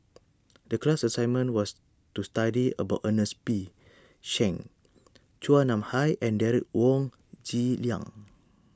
the class assignment was to study about Ernest P Shanks Chua Nam Hai and Derek Wong Zi Liang